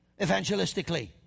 evangelistically